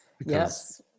yes